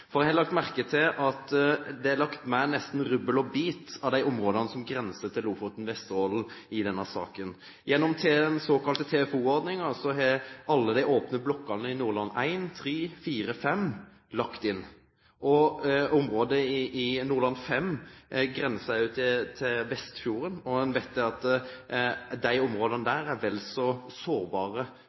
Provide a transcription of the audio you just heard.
innlegg. Jeg har lagt merke til at det i denne saken er lagt inn nesten rubbel og bit av de områdene som grenser til Lofoten og Vesterålen. Gjennom den såkalte TFO-ordningen har alle de åpne blokkene i Nordland I, III, IV og V blitt lagt inn. Områder i Nordland V grenser også til Vestfjorden, og en vet at disse områdene er vel så sårbare